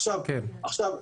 עכשיו,